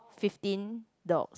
fifteen dogs